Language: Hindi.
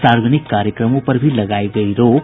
सावर्जनिक कार्यक्रमों पर भी लगायी गयी रोक